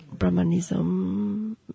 Brahmanism